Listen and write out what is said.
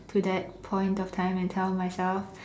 to that point of time and tell myself